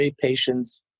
patients